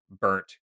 burnt